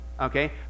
okay